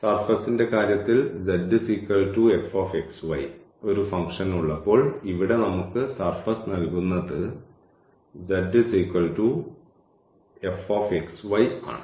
സർഫസ്ന്റെ കാര്യത്തിൽ z f x y ഒരു function ഉള്ളപ്പോൾ ഇവിടെ നമുക്ക് സർഫസ് നൽകുന്നത് z f x y ആണ്